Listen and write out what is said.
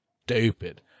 stupid